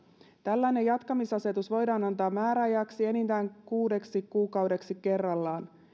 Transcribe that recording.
tällainen jatkamisasetus voidaan antaa määräajaksi enintään kuudeksi kuukaudeksi kerrallaan